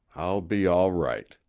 i'll be all right.